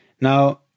Now